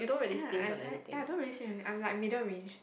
ya I buy ya I don't really see I'm like middle range